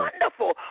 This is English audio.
wonderful